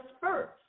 first